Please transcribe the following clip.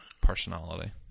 Personality